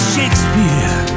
Shakespeare